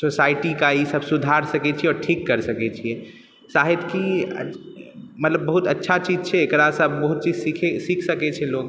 सोसाइटीके ई सब सुधारि सकै छी आओर ठीक कर सकै छियै सहित्यिकी मतलब बहुत अच्छा चीज छै एकरासँ बहुत चीज सीखै सीख सकै छै लोक